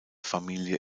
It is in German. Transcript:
familie